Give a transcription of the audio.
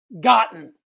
gotten